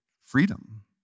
Freedom